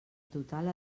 total